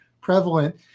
prevalent